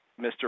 Mr